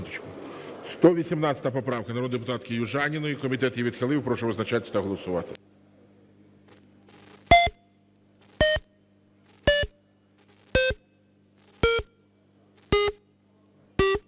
247 поправка народної депутатки Южаніної. Комітет її відхилив, прошу визначатися і голосувати.